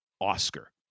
Oscar